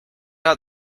out